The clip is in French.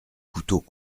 couteaux